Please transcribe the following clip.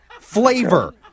flavor